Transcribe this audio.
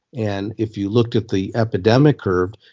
and if you looked at the epidemic curve,